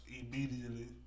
immediately